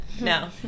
No